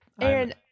Aaron